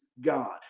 God